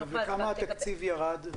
בכמה התקציב ירד?